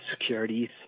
securities